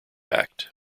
act